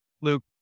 Luke